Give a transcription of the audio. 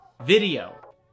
video